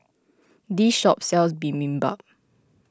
this shop sells Bibimbap